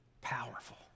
Powerful